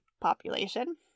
population